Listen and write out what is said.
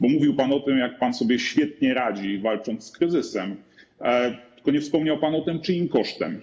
Bo mówił pan o tym, jak pan sobie świetnie radzi, walcząc z kryzysem, tylko nie wspomniał pan o tym czyim kosztem.